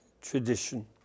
tradition